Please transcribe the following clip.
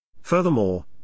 Furthermore